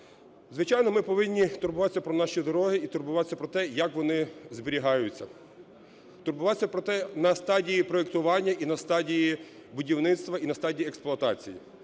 Звичайно, ми повинні турбуватися про наші дороги і турбуватися про те, як вони зберігаються, турбуватися про те на стадії проектування і на стадії будівництва, і на стадії експлуатації,